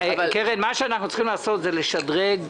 אנחנו צריכים לשדרג.